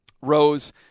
Rose